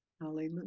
Hallelujah